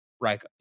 Right